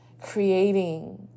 Creating